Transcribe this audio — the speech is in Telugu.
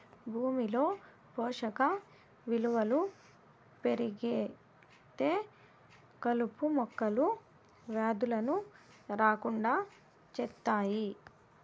భూమిలో పోషక విలువలు పెరిగితే కలుపు మొక్కలు, వ్యాధులను రాకుండా చేత్తాయి